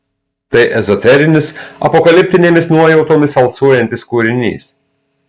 tai ezoterinis apokaliptinėmis nuojautomis alsuojantis kūrinys